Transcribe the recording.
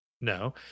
no